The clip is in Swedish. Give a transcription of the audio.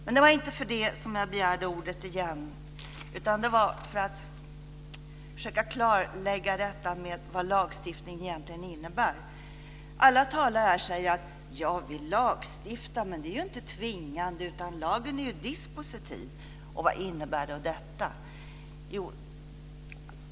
Men det var inte för det som jag begärde ordet igen, utan det var för att försöka klarlägga vad lagstiftning egentligen innebär. Alla talare säger att vi lagstiftar men att det inte är tvingande. Lagen är ju dispositiv. Vad innebär då detta?